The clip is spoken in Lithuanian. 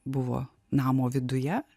buvo namo viduje